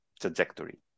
trajectory